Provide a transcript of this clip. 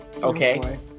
okay